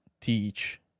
teach